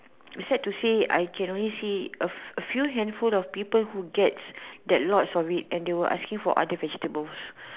sad to say I can only see a a few handful of people who get get lots of it and they were asking for other vegetables